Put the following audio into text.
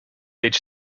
each